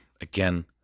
again